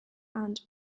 and